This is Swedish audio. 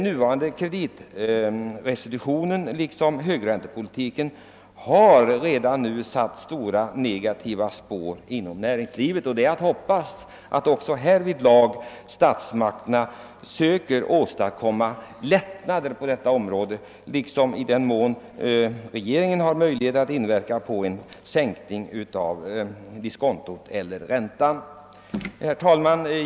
Nuvarande kreditrestriktioner liksom högräntepolitiken har redan satt mycket negativa spår inom näringslivet. Det är att hoppas att statsmakterna också söker åstadkomma lättnader på detta område och att regeringen gör vad den kan för att få till stånd en sänkning av diskontot. Herr talman!